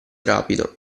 rapido